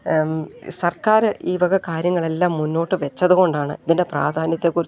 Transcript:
സർക്കാർ ഈ വക കാര്യങ്ങളെല്ലാം മുന്നോട്ട് വെച്ചതു കൊണ്ടാണ് ഇതിൻ്റെ പ്രാധാന്യത്തെക്കുറിച്ച്